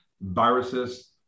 viruses